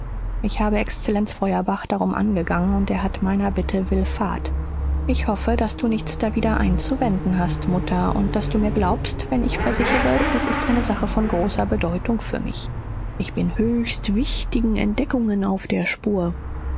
ich habe exzellenz feuerbach darum angegangen und er hat meiner bitte willfahrt ich hoffe daß du nichts dawider einzuwenden hast mutter und daß du mir glaubst wenn ich versichere es ist eine sache von großer bedeutung für mich ich bin höchst wichtigen entdeckungen auf der spur